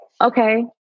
okay